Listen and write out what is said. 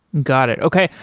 got it. okay,